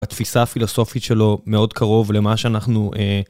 התפיסה הפילוסופית שלו מאוד קרוב למה שאנחנו...